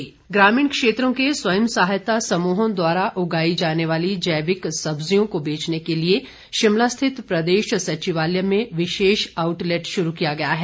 outlet ग्रामीण क्षेत्रों के स्वयं सहायता समूहों द्वारा उगाई जाने वाली जैविक सब्जियों को बेचने के लिए शिमला स्थित प्रदेश सचिवालय में विशेष आउटलेट शुरू किया गया है